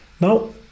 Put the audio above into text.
now